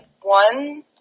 one